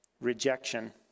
rejection